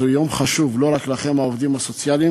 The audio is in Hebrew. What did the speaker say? זה יום חשוב לא רק לכם, העובדים הסוציאליים,